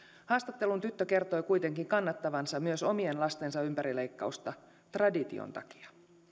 haastattelun tyttö kertoi kuitenkin kannattavansa myös omien lastensa ympärileikkausta tradition takia